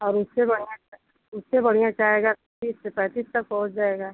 और उसके बाद उससे बढ़ियां चाहे अगर तीस से पैंतीस तक पहुँच जाएगा